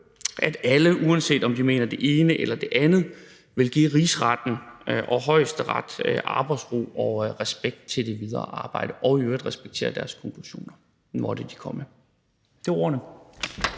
at alle, uanset om de mener det ene eller det andet, vil give Rigsretten og Højesteret arbejdsro og respekt i forhold til det videre arbejde og i øvrigt vil respektere deres konklusioner, når de måtte komme. Det var ordene.